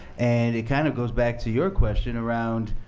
and it kind of goes back to your question around,